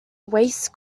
waste